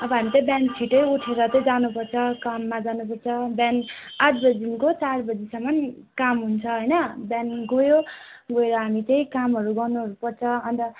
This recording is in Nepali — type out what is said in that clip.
अब हामी चाहिँ बिहान छिटै उठेर चाहिँ जानुपर्छ काममा जानुपर्छ बिहान आठ बजीदेखिको चार बजीसम्म काम हुन्छ होइन बिहान गयो गएर हामी चाहिँ कामहरू गर्नुहरू पर्छ अन्त